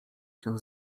się